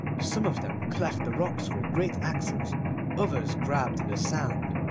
some of them cleft the rocks with great axes others grabbled in the sand.